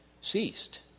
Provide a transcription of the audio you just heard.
ceased